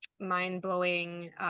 mind-blowing